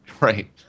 Right